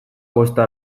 kosta